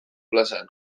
plazan